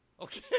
Okay